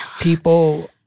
People